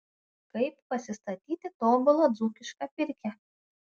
kaip pasistatyti tobulą dzūkišką pirkią